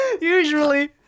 Usually